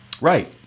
Right